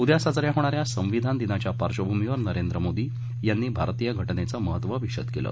उद्या साज या होणा या संविधान दिनाच्या पार्श्वभूमीवर नरेंद्र मोदी यांनी भारतीय घटनेचं महत्व विशद केलं